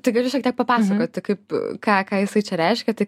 tai galiu šiek tiek papasakoti kaip ką ką jisai čia reiškia tai